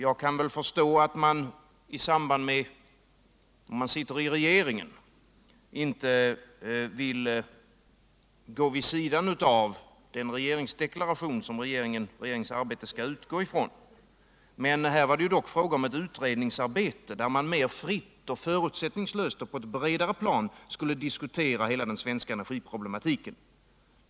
Jag kan väl förstå att om man sitter i regeringen vill man inte gå vid sidan av den regeringsdeklaration som regeringsarbetet skall utgå ifrån. Men här var det fråga om ett utredningsarbete, där man mer fritt och förutsättningslöst och på ett bredare plan skulle diskutera hela den svenska energiproblematiken.